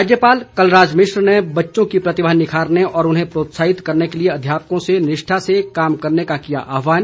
राज्यपाल कलराज मिश्र ने बच्चों की प्रतिभा निखारने और उन्हें प्रोत्साहित करने के लिए अध्यापकों से निष्ठा से कार्य करने का किया आहवान